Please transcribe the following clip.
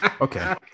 okay